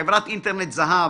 חברת אינטרנט זהב,